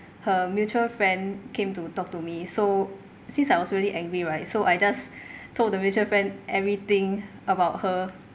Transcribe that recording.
her mutual friend came to talk to me so since I was really angry right so I just told the mutual friend everything about her